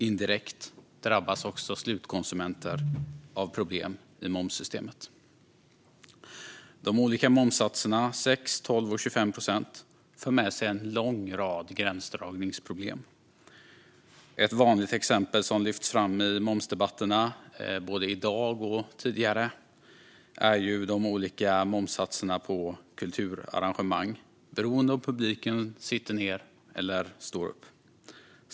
Indirekt drabbas också slutkonsumenter av problem i momssystemet. De olika momssatserna 6, 12 och 25 procent för med sig en lång rad gränsdragningsproblem. Ett vanligt exempel som lyfts fram i momsdebatterna, både i dag och tidigare, är de olika momssatserna på kulturarrangemang som beror på om publiken sitter ned eller står upp.